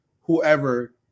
whoever